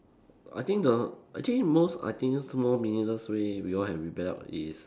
I think the I think most I think small meaningless way we all have rebelled is